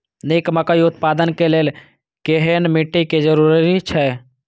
निक मकई उत्पादन के लेल केहेन मिट्टी के जरूरी छे?